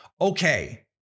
Okay